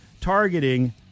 targeting